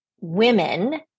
women